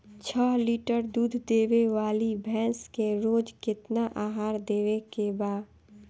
छह लीटर दूध देवे वाली भैंस के रोज केतना आहार देवे के बा?